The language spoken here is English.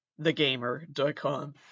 thegamer.com